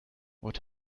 what